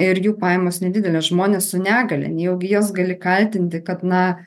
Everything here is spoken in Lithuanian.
ir jų pajamos nedidelės žmonės su negalia nejaugi juos gali kaltinti kad na